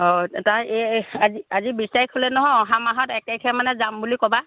অঁ তাৰ এই আজি আজি বিছ তাৰিখ হ'লেই নহয় অহা মাহত এক তাৰিখে মানে যাম বুলি ক'বা